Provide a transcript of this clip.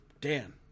Dan